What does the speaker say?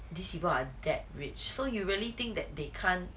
these people are that rich so you really think that they can't